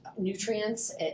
nutrients